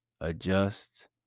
Adjust